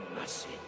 mercy